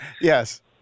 Yes